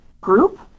group